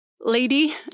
lady